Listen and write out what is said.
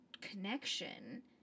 connection